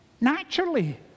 Naturally